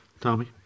Tommy